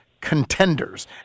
contenders